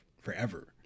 forever